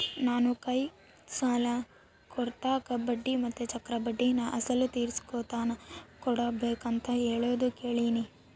ನಾನು ಕೈ ಸಾಲ ಕೊಡೋರ್ತಾಕ ಬಡ್ಡಿ ಮತ್ತೆ ಚಕ್ರಬಡ್ಡಿನ ಅಸಲು ತೀರಿಸೋತಕನ ಕೊಡಬಕಂತ ಹೇಳೋದು ಕೇಳಿನಿ